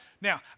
Now